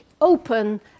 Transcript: open